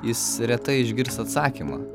jis retai išgirs atsakymą